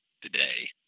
today